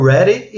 Ready